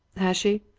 has she?